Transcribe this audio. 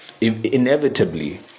inevitably